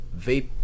vape